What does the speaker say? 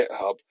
GitHub